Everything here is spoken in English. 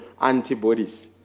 antibodies